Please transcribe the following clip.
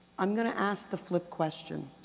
i'm gonna ask the flip question.